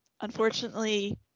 unfortunately